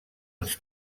ens